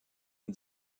une